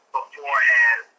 beforehand